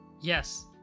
Yes